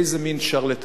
איזה מין שרלטנות?